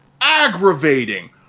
aggravating